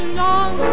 long